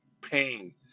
pain